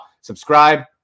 Subscribe